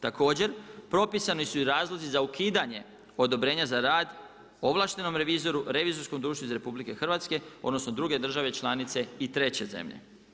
Također, propisani su i razlozi za ukidanje odobrenja za rad ovlaštenom revizoru, revizorskom društvu iz RH, odnosno druge države članice i treće zemlje.